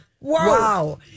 wow